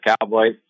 Cowboys